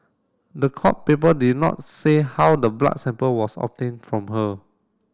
the court paper did not say how the blood sample was obtained from her